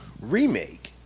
remake